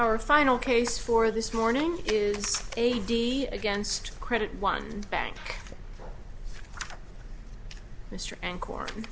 our final case for this morning is a d against credit one bank mr and cor